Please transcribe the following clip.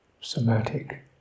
somatic